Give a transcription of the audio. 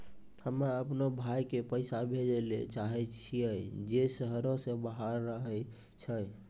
हम्मे अपनो भाय के पैसा भेजै ले चाहै छियै जे शहरो से बाहर रहै छै